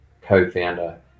co-founder